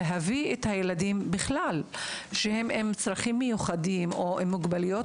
להביא בכלל את הילדים בעלי צרכים מיוחדים או עם מוגבלויות